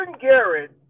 Garrett